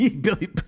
Billy